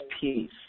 peace